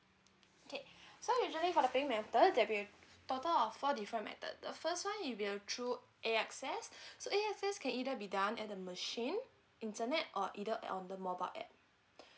okay so usaully for the payment method there will be total of four different method first one it will be uh through A_X_S so A_X_S can either be done at the machine internet or either on the mobile app